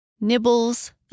Nibbles